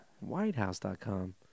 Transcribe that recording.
whitehouse.com